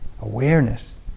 awareness